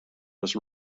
was